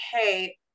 okay